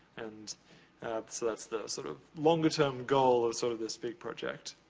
and so that's the sort of longer-term goal of sort of this big project.